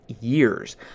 years